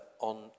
on